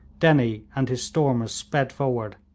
dennie and his stormers sped forward,